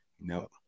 No